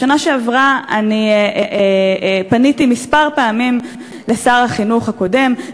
בשנה שעברה אני פניתי כמה פעמים לשר החינוך הקודם,